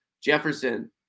Jefferson